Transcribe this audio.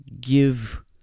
give